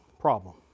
problem